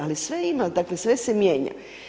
Ali sve ima, dakle, sve se mijenja.